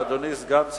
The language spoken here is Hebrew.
אדוני סגן השר,